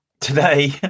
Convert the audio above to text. Today